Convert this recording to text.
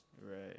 right